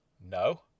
No